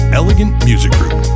elegantmusicgroup